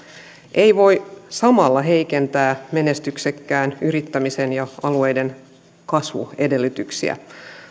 ei voi samalla heikentää menestyksekkään yrittämisen ja alueiden kasvuedellytyksiä